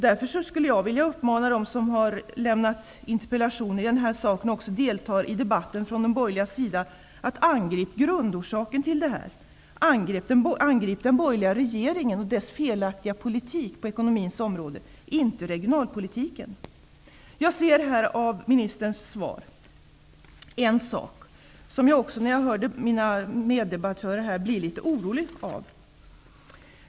Därför vill jag uppmana dem från den borgerliga sidan som har framställt interpellationer i den här frågan och också deltar i debatten att de skall angripa grundorsaken, nämligen den borgerliga regeringen och dess felaktiga ekonomiska politik, inte regionalpolitiken. Av ministerns svar och av det som mina meddebattörer sade blev jag litet orolig.